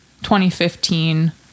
2015